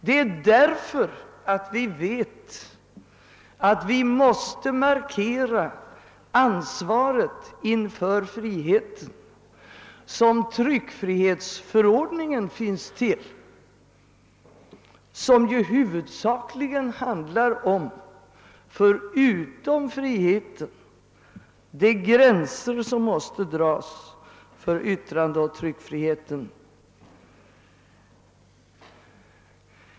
Det är därför att vi vet att vi måste markera ansvaret inför friheten som tryckfrihetsförordningen finns till. Den handlar, förutom om friheten, huvudsakligen om de gränser som måste dras för yttrandeoch tryckfriheten.